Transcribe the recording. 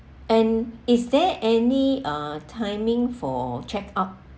and is there any uh timing for check out